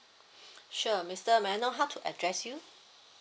sure mister may I know how to address you